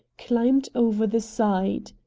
climbed over the side.